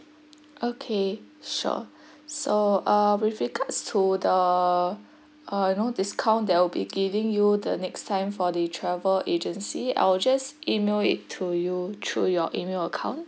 okay sure so uh with regards to the uh you know discount there we'll be giving you the next time for the travel agency I will just email it to you through your email account